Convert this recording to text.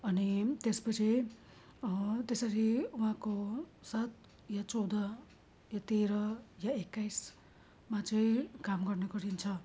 अनि त्यसपछि तेसरी उहाँको सात या चौध या तेह्र या एक्काइसमा चाहिँ काम गर्ने गरिन्छ